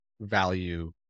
value